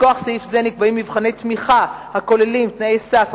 מכוח סעיף זה נקבעים מבחני תמיכה הכוללים תנאי סף,